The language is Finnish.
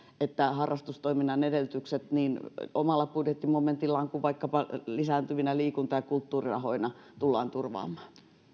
että harrastustoiminnan edellytykset niin omalla budjettimomentillaan kuin vaikkapa lisääntyvinä liikunta ja kulttuurirahoina tullaan turvaamaan